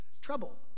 trouble